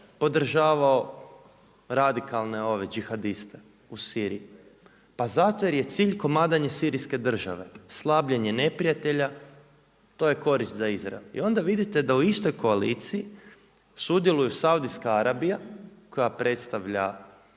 podržavalo radikalne đihadiste u Siriji? Pa zato jer je cilj komadanje Sirijske države. Slabljenje neprijatelja, to je korist za Izrael. I onda vidite da u istoj koaliciji sudjeluju Saudijski Arabija koja predstavlja